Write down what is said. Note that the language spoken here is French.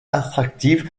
attractive